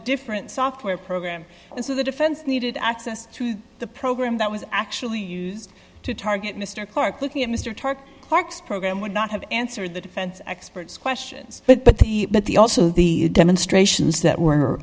different software program and so the defense needed access to the program that was actually used to target mr clarke looking at mr tuck parks program would not have answered the defense experts questions but the but the also the demonstrations that